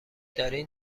دارین